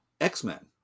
X-Men